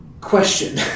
question